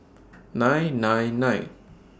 nine nine nine